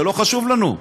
זה לא חשוב לנו.